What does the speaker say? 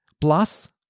plus